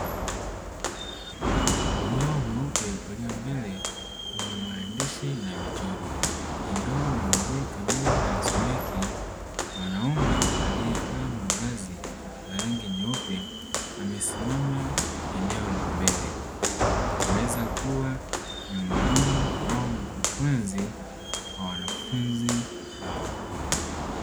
Ubao mweupe ulio mbele una maandishi na michoro ingawa maudhui kamili hayasomeki. Mwanaume aliyevaa mavazi ya rangi nyeupe amesimama eneo la mbele anaweza kuwa ni mwalimu au mkufunzi wa wanafunzi hawa.